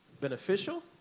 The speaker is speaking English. beneficial